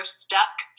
stuck